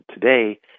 Today